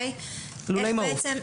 לולי מעוף.